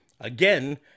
Again